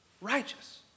righteous